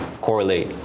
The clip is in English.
correlate